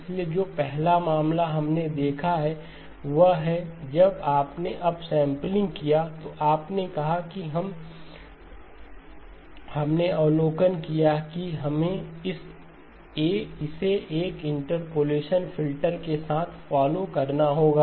इसलिए जो पहला मामला हमने देखा है वह है जब आपने अपसैंपलिंग किया तो आपने कहा हमने अवलोकन किया कि हमें इसे एक इंटरपोलेशन फिल्टर के साथ फॉलो करना होगा